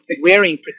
wearing